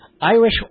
Irish